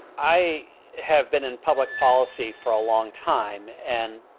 i have been in public policy for a long time. and,